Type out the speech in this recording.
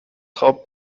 خواب